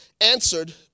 answered